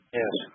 Yes